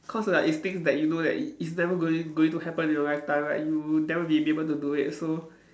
cause like it's things that you know that it it's never going going to happen in your lifetime like you'll never be able to do it so